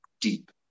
deep